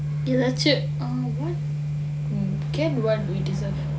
எதாச்சும்:ethaachum you get what you deserve